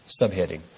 subheading